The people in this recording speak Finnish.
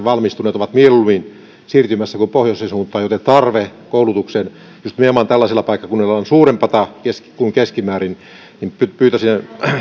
valmistuneet ovat mieluummin siirtymässä etelän suuntaan kuin pohjoisen suuntaan joten tarve koulutukseen just nimenomaan tällaisella paikkakunnalla on suurempaa kuin keskimäärin pyytäisin